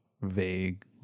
vague